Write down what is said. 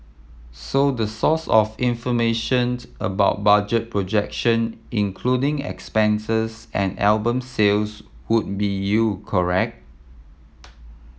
so the source of information about budget projection including expenses and album sales would be you correct